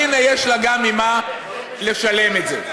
אז הנה, יש לה גם ממה לשלם את זה.